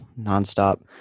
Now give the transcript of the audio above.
nonstop